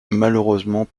malheureusement